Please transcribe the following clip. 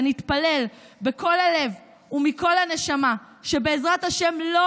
ונתפלל מכל הלב ומכל הנשמה שבעזרת השם לא